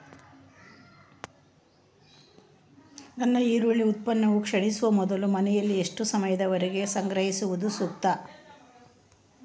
ನನ್ನ ಈರುಳ್ಳಿ ಉತ್ಪನ್ನವು ಕ್ಷೇಣಿಸುವ ಮೊದಲು ಮನೆಯಲ್ಲಿ ಎಷ್ಟು ಸಮಯದವರೆಗೆ ಸಂಗ್ರಹಿಸುವುದು ಸೂಕ್ತ?